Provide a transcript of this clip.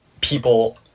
people